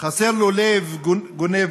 חסר לו לב גונב